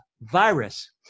virus